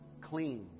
clean